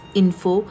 info